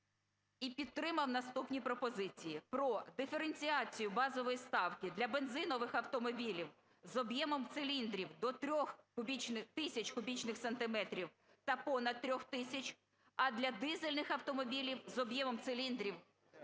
і підтримав наступні пропозиції. Про диференціацію базової ставки для бензинових автомобілів з об'ємом циліндрів до 3 тисяч кубічних сантиметрів та понад 3 тисяч, а для дизельних автомобілів з об'ємом циліндрів